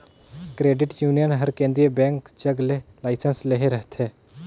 credit union हर केंद्रीय bank जग ले लाइसेंस लेहे रहथे